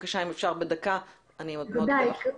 אני לא יודעת למי הוא פנה,